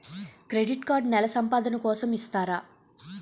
Credit card నెల సంపాదన కోసం ఇస్తారా?